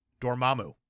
Dormammu